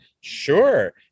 sure